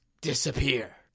disappear